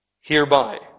Hereby